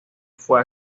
fue